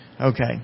Okay